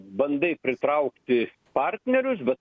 bandai pritraukti partnerius bet